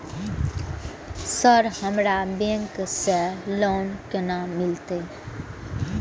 Sir हमरा bank से loan केना मिलते?